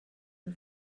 you